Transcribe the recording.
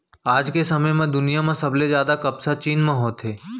आज के समे म दुनिया म सबले जादा कपसा चीन म होथे